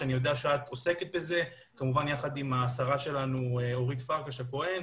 שאני יודע שאת עוסקת בזה כמובן יחד עם השרה שלנו אורית פרקש הכהן,